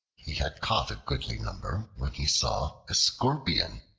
he had caught a goodly number, when he saw a scorpion,